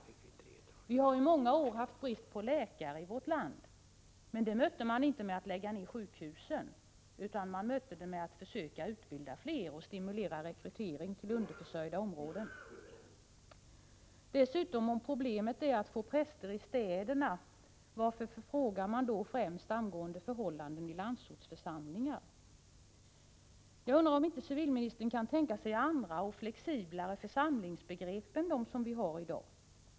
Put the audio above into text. Vi har i många år haft brist på läkare i vårt land, men det förhållandet mötte man inte med att lägga ned sjukhusen utan med att försöka utbilda fler och stimulera rekrytering till underförsörjda områden. Dessutom - om problemet är att få präster i städerna, varför frågar man då främst angående förhållandena i landsortsförsamlingar? Jag undrar om civilministern inte kan tänka sig andra och flexiblare församlingsbegrepp än dem vi har i dag?